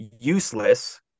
useless